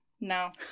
no